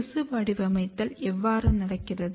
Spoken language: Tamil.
திசு வடிவமைத்தல் எவ்வாறு நடக்கிறது